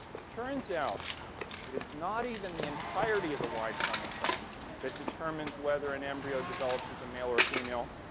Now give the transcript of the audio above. it turns out that it's not even the entirety of the y chromosome that determines whether an embryo develops as a male or a female.